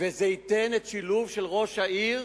וזה ייתן שילוב של ראש העיר